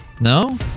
No